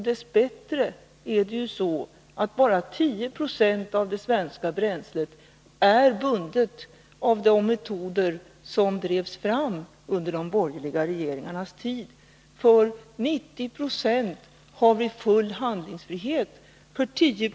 Dess bättre är det bara 10 96 av det svenska bränslet som är bundet i de metoder som drevs fram under de borgerliga regeringarnas tid, medan vi har full handlingsfrihet för 90 26.